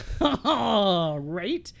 Right